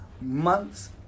months